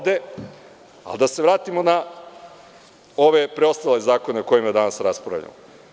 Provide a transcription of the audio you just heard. Da se vratimo na ove preostale zakone o kojima danas raspravljamo.